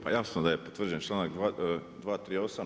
Pa jasno da je potvrđen članak 238.